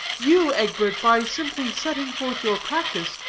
you, egbert, by simply setting forth your practice,